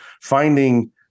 finding